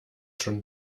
schon